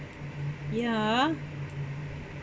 yeah